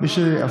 מי שקובע איפה,